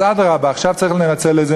אז אדרבה, עכשיו צריך לנצל את זה.